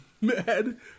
Mad